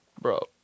Bro